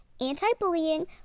anti-bullying